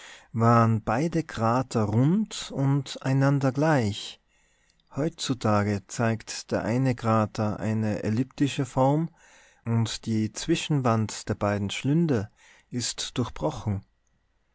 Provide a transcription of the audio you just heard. waren beide krater rund und einander gleich heutzutage zeigt der eine krater eine elliptische form und die zwischenwand der beiden schlünde ist durchbrochen